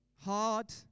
Hard